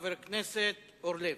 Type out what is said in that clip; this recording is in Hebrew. חבר הכנסת זבולון אורלב.